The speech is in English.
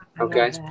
Okay